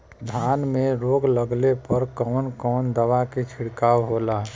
धान में रोग लगले पर कवन कवन दवा के छिड़काव होला?